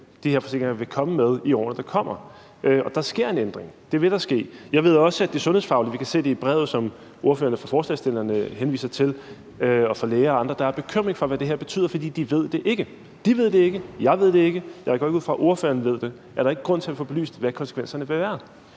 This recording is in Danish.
de her forsikringer vil komme med i årene, der kommer. Og der sker en ændring! Vi kan se det i brevet, som ordføreren for forslagsstillerne henviser til, og vi har det fra læger og andre, nemlig at der er bekymring for, hvad det her betyder, for de ved det ikke. De ved det ikke, jeg ved det ikke, og jeg går heller ikke ud fra, at ordføreren ved det. Er der ikke grund til at få belyst, hvad konsekvenserne vil være?